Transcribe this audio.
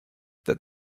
that